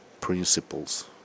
principles